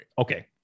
Okay